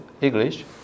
English